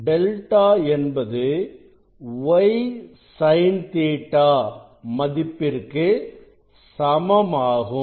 delta என்பது y sin Ɵ மதிப்பிற்கு சமமாகும்